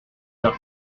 gris